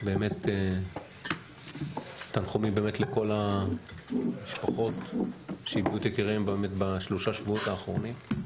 באמת תנחומים לכל המשפחות שאיבדו את יקיריהן בשלושה שבועות האחרונים,